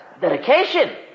Dedication